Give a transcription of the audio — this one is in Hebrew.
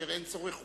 כאשר אין צורך חוקי,